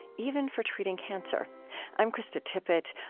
even for treating cancer i'm krista tippett.